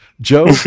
Joe